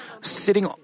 sitting